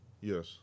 Yes